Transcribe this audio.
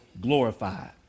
glorified